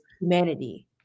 humanity